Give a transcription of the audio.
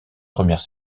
première